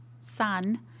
sun